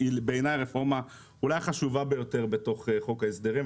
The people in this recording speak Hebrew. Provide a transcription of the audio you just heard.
שהיא בעיניי הרפורמה אולי החשובה ביותר בתוך חוק ההסדרים,